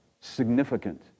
significant